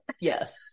Yes